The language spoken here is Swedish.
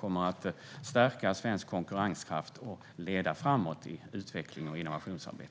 kommer att stärka svensk konkurrenskraft och leda framåt i utvecklings och innovationsarbetet.